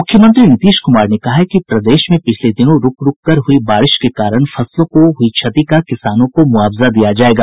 मुख्यमंत्री नीतीश कुमार ने कहा है कि प्रदेश में पिछले दिनों रूक रूक कर हुई बारिश के कारण फसलों को हुई क्षति का किसानों को मुआवजा दिया जायेगा